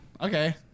okay